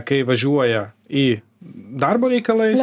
kai važiuoja į darbo reikalais